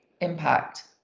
impact